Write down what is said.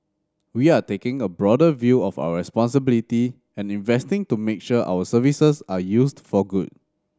we are taking a broader view of our responsibility and investing to make sure our services are used for good